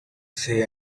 say